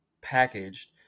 packaged